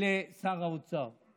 לשר האוצר,